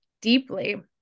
deeply